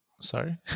Sorry